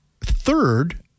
Third